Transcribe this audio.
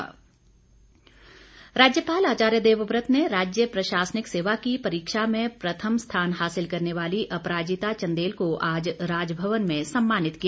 सम्मान राज्यपाल आचार्य देवव्रत ने राज्य प्रशासनिक सेवा की परीक्षा में प्रथम स्थान हासिल करने वाली अपराजिता चंदेल को आज राज भवन में सम्मानित किया